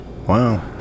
Wow